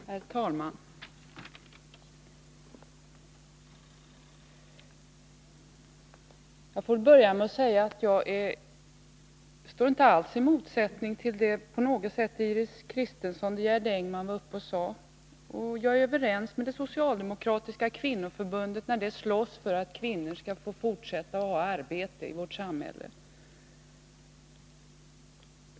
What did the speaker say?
Herr talman! Jag står inte på något sätt i motsättning till vad Iris Mårtensson och Gerd Engman sade, och jag är överens med det socialdemokratiska kvinnoförbundet när det slåss för att kvinnor skall få fortsätta att ha arbete i vårt samhälle.